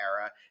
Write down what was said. era